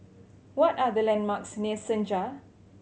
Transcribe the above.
what are the landmarks near Senja